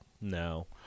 No